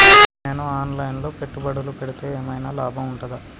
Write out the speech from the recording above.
నేను online లో పెట్టుబడులు పెడితే ఏమైనా లాభం ఉంటదా?